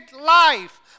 life